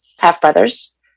half-brothers